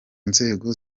nzego